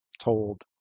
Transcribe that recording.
told